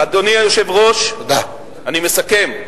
אדוני היושב-ראש, אני מסכם: